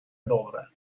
добре